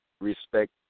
respect